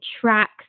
tracks